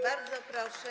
Bardzo proszę.